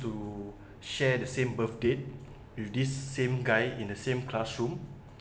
to share the same birthdate with this same guy in the same classroom